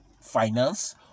finance